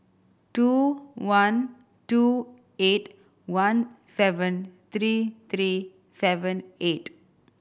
two one two eight one seven three three seven eight